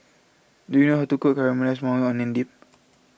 do you know how to cook Caramelized Maui Onion Dip